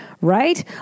right